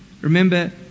Remember